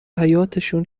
حیاطشون